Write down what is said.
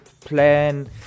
plan